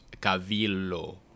Cavillo